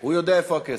הוא יודע איפה הכסף.